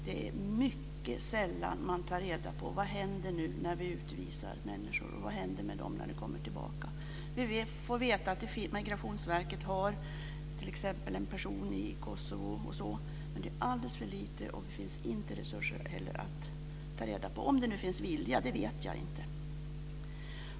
Man tar mycket sällan reda på vad som händer med människor när man utvisar dem. Vi får t.ex. veta att Migrationsverket har en person i Kosovo, men det görs alldeles för lite, och man har inte heller resurser att ta reda på vad som sker. Ifall det finns en vilja att göra det vet jag inte.